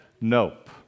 nope